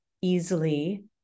easily